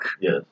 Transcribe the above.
Yes